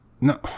No